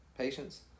Patience